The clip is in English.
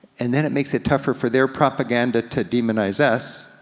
and then it makes it tougher for their propaganda to demonize us,